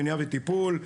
מניעה וטיפול.